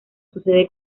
sucede